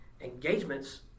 engagement's